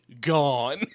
gone